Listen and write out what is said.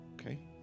Okay